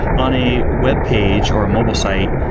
on a webpage or a mobile site,